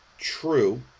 true